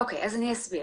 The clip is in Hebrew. אני אסביר.